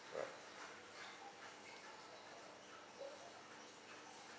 all right